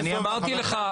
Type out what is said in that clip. אמרתי לך,